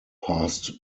passed